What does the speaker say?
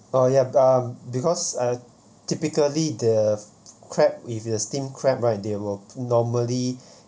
uh ya um because uh typically the crab if you steam crab right they will normally